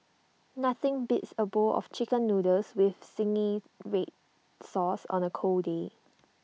nothing beats A bowl of Chicken Noodles with Zingy Red Sauce on A cold day